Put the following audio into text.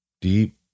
Deep